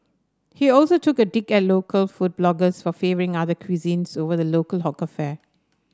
he also took a dig at local food bloggers for favouring other cuisines over the local hawker fare